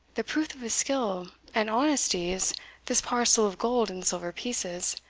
the proof of his skill and honesty is this parcel of gold and silver pieces,